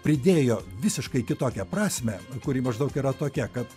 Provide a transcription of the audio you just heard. pridėjo visiškai kitokią prasmę kuri maždaug yra tokia kad